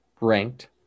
ranked